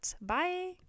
Bye